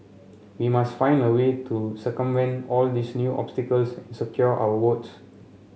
we must find a way to circumvent all these new obstacles secure our votes